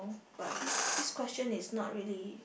but this this question is not really